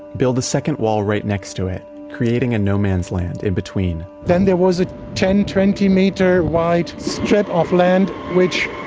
build a second wall right next to it creating a no man's land in between then there was a ten twenty meter wide stripped off land which